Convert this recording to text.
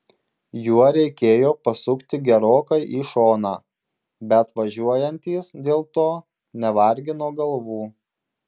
juo reikėjo pasukti gerokai į šoną bet važiuojantys dėl to nevargino galvų